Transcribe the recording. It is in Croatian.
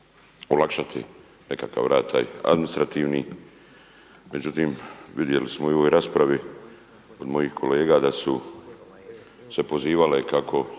nekakav rad taj administrativni. Međutim, vidjeli smo i u ovoj raspravi od mojih kolega da su se pozivale kako